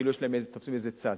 כאילו תופסים בזה צד,